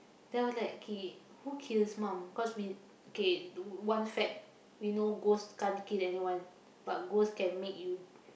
then I was like K who kill his mum cause we K one fact we know ghost can't kill anyone but ghost can make you